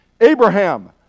Abraham